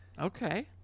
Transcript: Okay